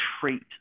trait